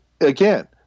Again